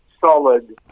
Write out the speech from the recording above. solid